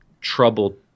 troubled